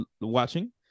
watching